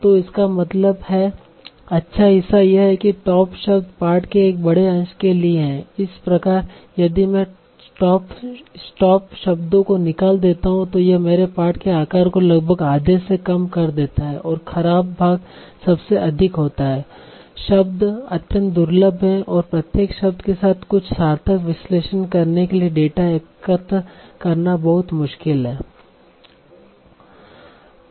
तो इसका मतलब है अच्छा हिस्सा यह है कि स्टॉप शब्द पाठ के एक बड़े अंश के लिए है इस प्रकार यदि मैं स्टॉप शब्दों को निकाल देता हूं तो यह मेरे पाठ के आकार को लगभग आधे से कम कर देता है और खराब भाग सबसे अधिक होता है शब्द अत्यंत दुर्लभ हैं और प्रत्येक शब्द के साथ कुछ सार्थक विश्लेषण करने के लिए डेटा एकत्र करना बहुत मुश्किल है